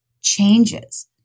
changes